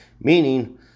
Meaning